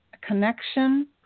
connection